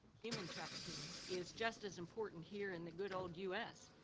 human trafficking, is just as important here in the good old u s.